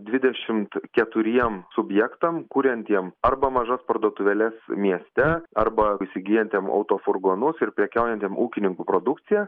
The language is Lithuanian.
dvidešimt keturiem subjektam kuriantiem arba mažas parduotuvėles mieste arba įsigijantiem autofurgonus ir prekiaujantiem ūkininkų produkcija